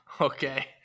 Okay